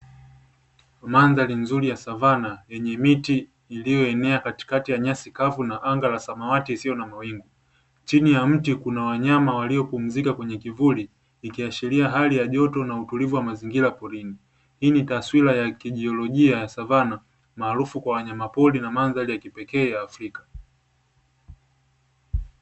Mandhari nzuri ya savana yenye miti ilioenea katikati ya nyasi kavu na anga la samawati isio na mawingu chini ya mti kuna wanyama waliopumzika kwenye kivuli ikiashiria hali ya joto na utulivu wa mazingira porini, hii ni taswira ya kijiolojia ya savana maarufu kwa wanyama pori na mandhari ya kipekee ya Afrika.